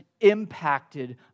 impacted